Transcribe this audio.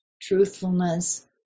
truthfulness